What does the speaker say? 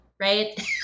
right